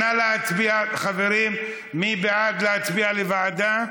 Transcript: נא להצביע חברים, מי בעד להעביר את זה לוועדה?